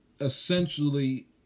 essentially